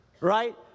Right